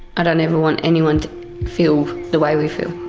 i don't ever want anyone to feel the way we feel.